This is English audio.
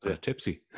tipsy